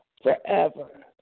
forever